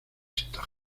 esta